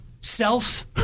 self